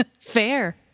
Fair